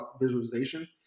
visualization